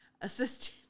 Assistant